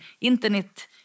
internet